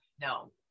No